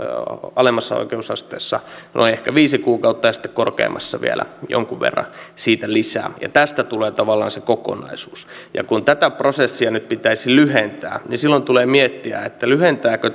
alemmassa oikeusasteessa ehkä noin viisi kuukautta ja sitten korkeimmassa vielä jonkun verran siitä lisää ja tästä tulee tavallaan se kokonaisuus ja kun tätä prosessia nyt pitäisi lyhentää niin silloin tulee miettiä lyhentääkö